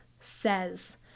says